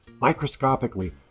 Microscopically